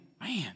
man